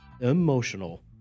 emotional